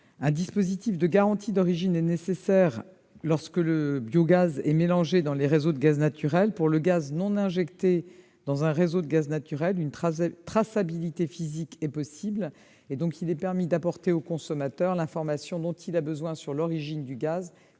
Un dispositif de garantie d'origine est nécessaire lorsque le biogaz est mélangé dans les réseaux de gaz naturel. Pour le gaz non injecté dans un réseau de gaz naturel, une traçabilité physique est possible, et il est donc permis d'apporter au consommateur l'information dont il a besoin sur l'origine du gaz